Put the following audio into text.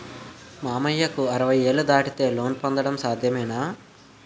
మామయ్యకు అరవై ఏళ్లు దాటితే లోన్ పొందడం సాధ్యమేనా?